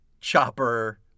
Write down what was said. chopper